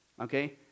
Okay